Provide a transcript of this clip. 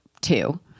two